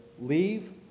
leave